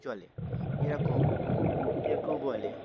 চলে যেরকম কেউ কেউ বলে